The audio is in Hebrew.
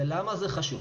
למה זה חשוב?